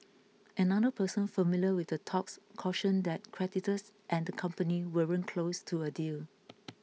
another person familiar with the talks cautioned that creditors and the company weren't close to a deal